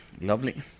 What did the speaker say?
lovely